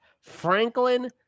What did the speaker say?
Franklin